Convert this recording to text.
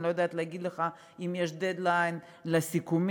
אני לא יודעת להגיד לך אם יש "דד-ליין" לסיכומים,